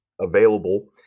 Available